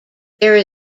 there